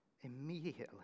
immediately